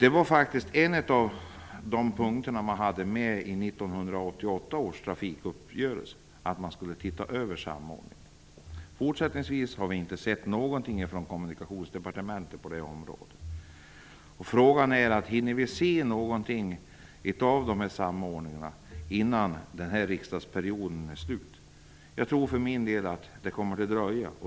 En av punkterna i 1988 års trafikuppgörelse var faktiskt att studera möjligheterna till samordning. Vi har inte sett någonting från Kommunikationsdepartementet på det området. Frågan är om vi hinner att få se något av dessa samordningar innan den här riksdagsperioden är slut. Jag tror för min del att det kommer att dröja.